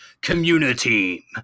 community